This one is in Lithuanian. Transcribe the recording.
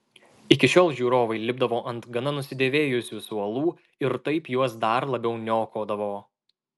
iki šiol žiūrovai lipdavo ant gana nusidėvėjusių suolų ir taip juos dar labiau niokodavo